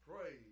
praise